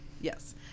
Yes